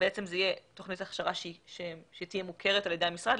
בעצם זו תהיה תוכנית הכשרה מוכרת על ידי המשרד,